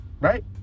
Right